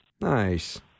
Nice